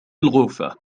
الغرفة